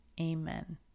Amen